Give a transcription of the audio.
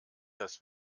das